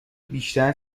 بیشتر